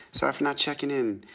sorry for not checking in.